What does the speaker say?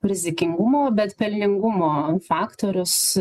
rizikingumo bet pelningumo faktorius